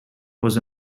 was